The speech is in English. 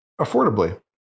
affordably